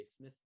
Smith